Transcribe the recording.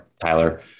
Tyler